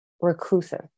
reclusive